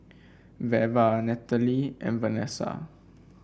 Veva Natalee and Vanessa